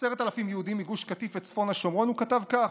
עשרת אלפים יהודים מגוש קטיף וצפון השומרון הוא כתב כך: